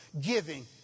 giving